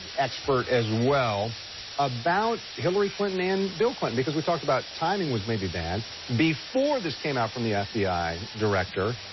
expert as well about hillar clinton and bill clinton because we talked about timing was maybe bad before this came out from the f. b. i. director,